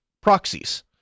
proxies